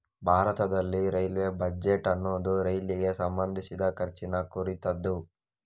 ಭಾರತದಲ್ಲಿ railway budget ಅನ್ನುದು ರೈಲಿಗೆ ಸಂಬಂಧಿಸಿದ ಖರ್ಚಿನ ಕುರಿತದ್ದು